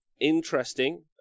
Interesting